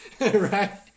Right